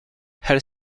her